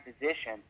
position